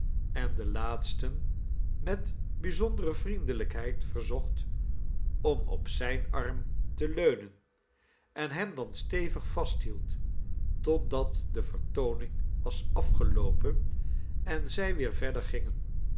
en den laatsten met bijzondere vriendelijkheid verzocht om op zijn arm te leunen en hem dan stevig vasthield totdat de vertooning was afgeloopen en zij weer verder gingen